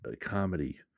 comedy